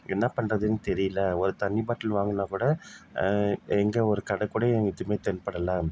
என்ன பண்ணுறதுன்னு தெரியல ஒரு தண்ணி பாட்டில் வாங்கணும்னா கூட எங்கே ஒரு கடைக்கூட எதுவுமே தென்படலை